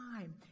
time